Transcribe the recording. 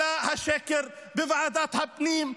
היום התגלה השקר בוועדת הפנים,